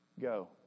Go